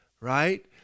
Right